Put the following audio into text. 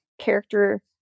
character